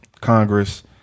Congress